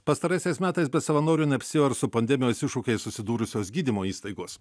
pastaraisiais metais be savanorių neapsiėjo ir su pandemijos iššūkiais susidūrusios gydymo įstaigos